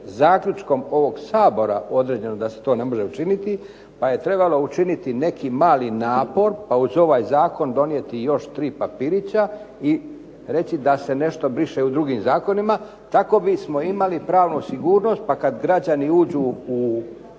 zaključkom ovog Sabora određeno da se to ne može učiniti pa je trebalo učiniti neki mali napor pa uz ovaj zakon donijeti i još 3 papirića i reći da se nešto briše u drugim zakonima. Tako bismo imali pravnu sigurnost, pa kad građani uđu u